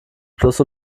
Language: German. plus